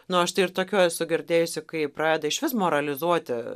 nu aš tai ir tokių esu girdėjusi kai pradeda išvis moralizuoti